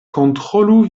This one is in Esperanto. kontrolu